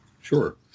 Sure